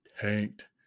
tanked